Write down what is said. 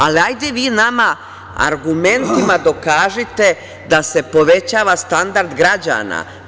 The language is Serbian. Ali, hajde vi nama argumentima dokažite da se povećava standard građana.